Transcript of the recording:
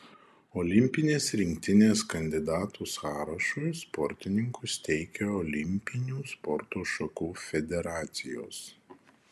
olimpinės rinktinės kandidatų sąrašui sportininkus teikia olimpinių sporto šakų federacijos